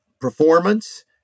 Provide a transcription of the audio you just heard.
performance